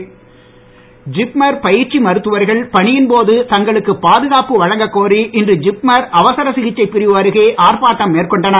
ஜிப்மர் ஜிப்மர் பயிற்சி மருத்துவர்கள் பணியின் போது தங்களுக்கு பாதுகாப்பு வழங்க கோரி இன்று ஜிப்மர் அவசர சிகிச்சைப் பிரிவு அருகே ஆர்ப்பாட்டம் மேற்கொண்டனர்